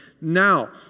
now